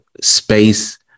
space